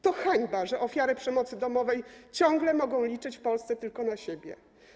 To hańba, że ofiary przemocy domowej ciągle mogą liczyć w Polsce tylko na siebie.